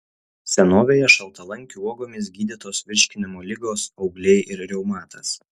senovėje šaltalankių uogomis gydytos virškinimo ligos augliai ir reumatas